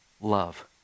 love